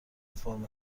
فرم